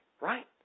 right